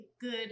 good